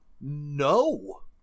no